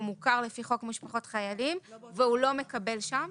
מוכר לפי חוק משפחות חיילים והוא לא מקבל שם?